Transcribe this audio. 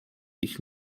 ich